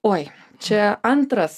oi čia antras